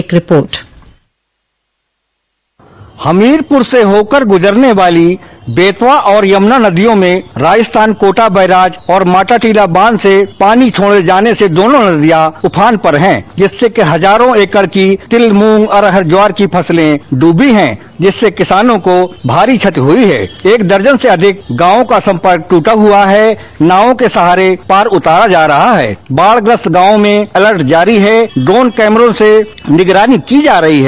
एक रिपोर्ट हमीरपुर से होकर गुजरने वाली बेतवा और यमुना नदियों में राजस्थान कोटा बैराज और माताटीला बांध से पानी छोड़े जाने से दोनों नदियां उफान पर हैं जिससे हजारों एकड़ की तिल मूंग अरहर ज्वार की फसलें डूबी हैं जिससे किसानों को भारी क्षति हुयी हैं एक दर्जन से अधिक गांवों का सम्पर्क दूटा हुआ है नावों के सहारे पार उतारा जा रहा है बाढ़ ग्रस्त गांवों में अलर्ट जारी है ड्रोन कैमरों से निगरानी की जा रही है